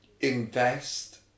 invest